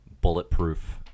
bulletproof